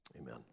Amen